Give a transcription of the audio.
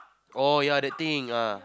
oh yeah the thing ah